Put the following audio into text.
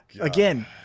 Again